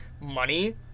money